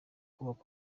kubaka